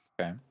Okay